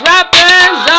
Rappers